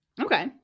Okay